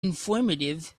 informative